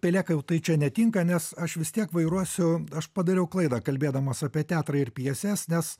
pelėkautai čia netinka nes aš vis tiek vairuosiu aš padariau klaidą kalbėdamas apie teatrą ir pjeses nes